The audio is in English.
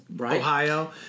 Ohio